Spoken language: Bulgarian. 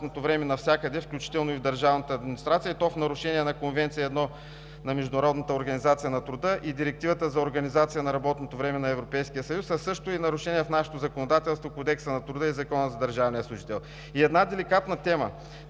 И една деликатна тема: